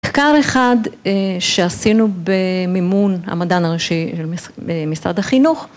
מחקר אחד שעשינו במימון המדען הראשי במשרד החינוך.